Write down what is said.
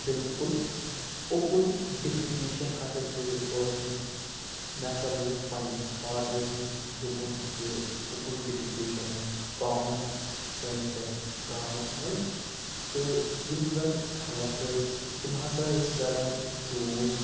بالکُل open defecation ہَسا چھِ ٲسمٕژ مےٚ ہَسا بوٗز پنٛنِس فادرَس نِش دوٚپُن کہِ اوٚپُن ڈیٚفِکیشَن ٲسۍ کامَن سٲنِس یَتھ گامَس منٛز تہٕ یِم زَن خلق ٲسۍ تِم ہَسا ٲسۍ کَران چوٗز